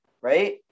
Right